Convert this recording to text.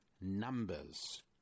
numbers